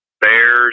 bears